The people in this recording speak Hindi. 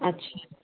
अच्छा